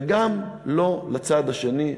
וגם לא, לצד השני.